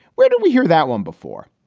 where do we hear that one before?